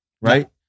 right